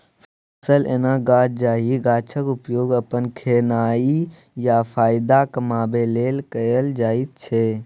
फसल एहन गाछ जाहि गाछक उपयोग अपन खेनाइ या फाएदा कमाबै लेल कएल जाइत छै